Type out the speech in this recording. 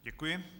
Děkuji.